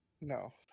No